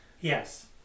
Yes